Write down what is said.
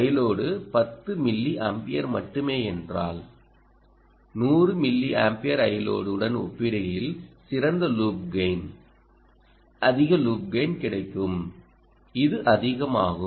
Iload 10 milliampere மட்டுமே என்றால் 100 milliampere Iload உடன் ஒப்பிடுகையில் சிறந்த லூப் கெய்ன் அதிக லூப் கெய்ன் கிடைக்கும் இது அதிகமாகும்